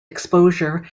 exposure